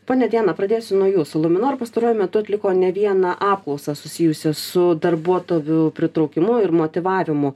ponia dieną pradėsiu nuo jūsų luminor pastaruoju metu atliko ne vieną apklausą susijusią su darbuotojų pritraukimu ir motyvavimu